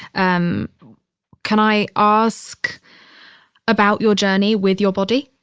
um can i ask about your journey with your body?